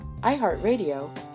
iHeartRadio